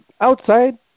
outside